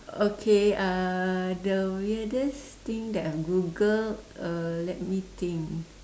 okay uh the weirdest thing that I Googled uh let me think